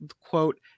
quote